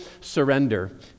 surrender